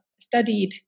studied